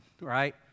right